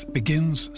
begins